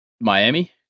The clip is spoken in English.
Miami